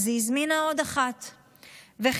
אז היא הזמינה עוד אחת וחיכתה.